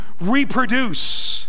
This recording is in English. reproduce